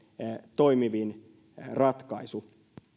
toimivin ratkaisu